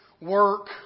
work